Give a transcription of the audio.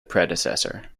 predecessor